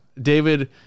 David